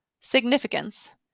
Significance